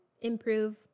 improve